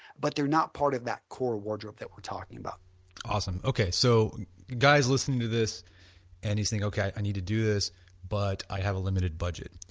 but they are not part of that core wardrobe that we are talking about awesome, ok, so guys listening to this and say ok i need to do this but i have a limited budget.